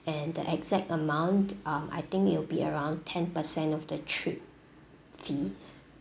and the exact amount um I think it will be around ten percent of the trip fees